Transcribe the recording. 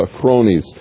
cronies